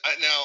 now